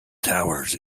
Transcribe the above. towers